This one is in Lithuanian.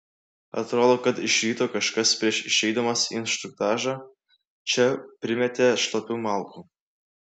atrodo kad iš ryto kažkas prieš išeidamas į instruktažą čia primetė šlapių malkų